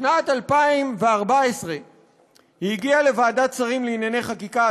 בשנת 2014 היא הגיעה לוועדת שרים לענייני חקיקה,